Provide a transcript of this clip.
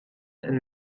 and